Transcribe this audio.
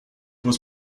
was